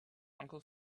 uncle